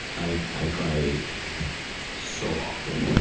i i cry so often.